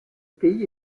pays